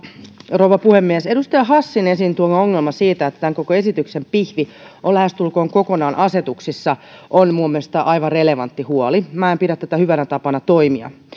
rouva puhemies edustaja hassin esiin tuoma ongelma siitä että tämän koko esityksen pihvi on lähestulkoon kokonaan asetuksissa on mielestäni aivan relevantti huoli en pidä tätä hyvänä tapana toimia